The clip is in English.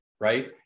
right